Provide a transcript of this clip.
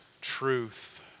truth